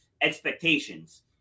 expectations